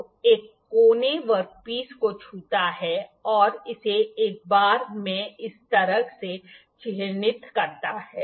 तो एक कोने वर्कपीस को छूता है और इसे एक बार में इस तरह से चिह्नित करता है